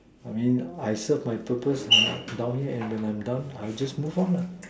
okay I served my purpose on down here and when I'm down I just moved on lah